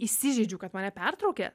įsižeidžiu kad mane pertraukė